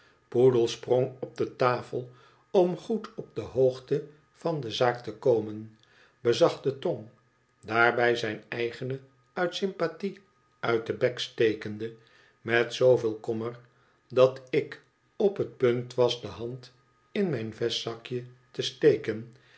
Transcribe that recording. poedel sprong op de tafel om goed op de hoogte van do zaak te komen bezag de tong daarbij zijn eigene uit sympathie uit den bek stekende met zooveel kommer dat ik op het punt was de hand in mijn vestzakje te steken